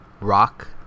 rock